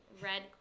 red